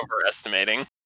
Overestimating